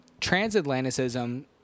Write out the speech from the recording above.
transatlanticism